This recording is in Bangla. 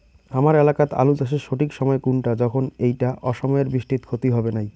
হামার এলাকাত আলু চাষের সঠিক সময় কুনটা যখন এইটা অসময়ের বৃষ্টিত ক্ষতি হবে নাই?